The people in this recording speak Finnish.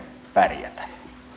pärjätä